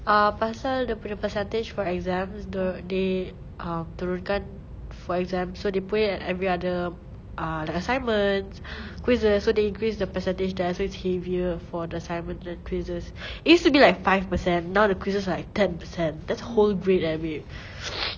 ah pasal dia punya percentage for exams is the they um turunkan for exams so they put it at every other uh like assignments quizzes so they increase the percentage there so it's heavier for the assignment than quizzes it used to be like five percent now the quizzes are like ten percent that's whole grade leh babe